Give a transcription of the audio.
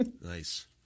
nice